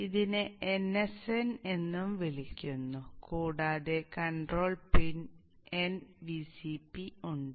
ഇതിനെ nsn എന്ന് വിളിക്കുന്നു കൂടാതെ കൺട്രോൾ പിൻ nVcp ഉണ്ട്